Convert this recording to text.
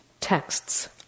texts